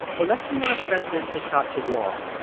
or let's say you're a president who starts a war.